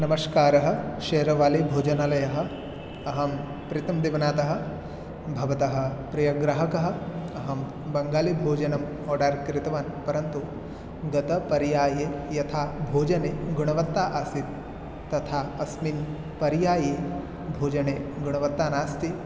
नमस्कारः शेरवाली भोजनालयः अहं प्रितम् देवनातः भवतः प्रियग्राहकः अहं बङ्गालि भोजनम् ओर्डर् कृतवान् परन्तु गतपर्याये यथा भोजने गुणवत्ता आसीत् तथा अस्मिन् पर्याये भोजने गुणवत्ता नास्ति